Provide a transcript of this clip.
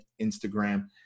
Instagram